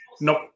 Nope